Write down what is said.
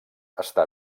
està